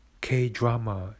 K-drama